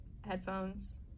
headphones